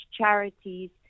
charities